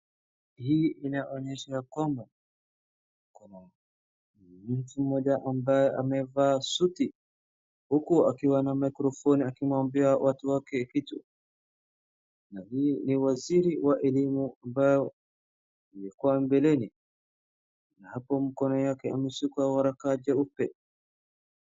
Hii inaonyesha ya kwamba, kuna mtu mmoja ambaye amevaa suti huku akiwa na mikrofoni akimwambia watu wake kitu na ni waziri wa elimu ambaye alikuwa mbeleni na hapo mkono yake ameshika waraka jeupe.